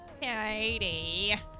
Katie